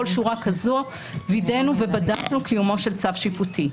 כל שורה כזאת וידאנו ובדקנו קיומו של צו שיפוטי.